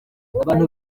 abantu